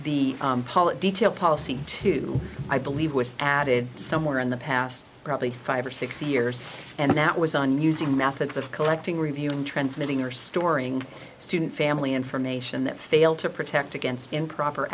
public detail policy to i believe was added somewhere in the past probably five or six years and that was on using methods of collecting reviewing transmitting or storing student family information that fail to protect against improper